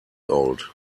old